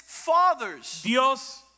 Fathers